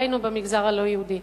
לחברינו במגזר הלא-יהודי: